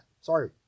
Sorry